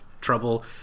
trouble